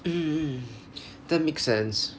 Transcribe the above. mm mm that make sense